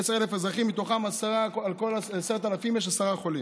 10,000 יש עשרה חולים,